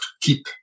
keep